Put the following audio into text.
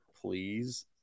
please